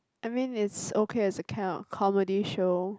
I mean it's okay as kind of comedy show